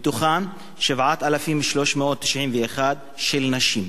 מתוכן 7,391 של נשים.